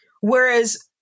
Whereas